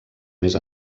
més